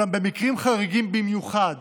אולם במקרים חריגים במיוחד